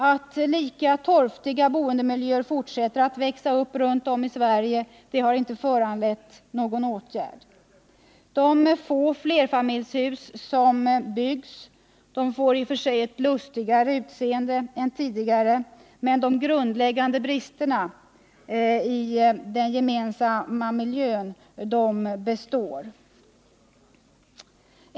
Att lika torftiga boendemiljöer fortsätter att växa upp runt om i Sverige har inte föranlett någon åtgärd. De få flerbostadshus som byggs får ett lustigare utseende än tidigare, men de grundläggande bristerna i den gemensamma miljön består.